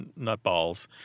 nutballs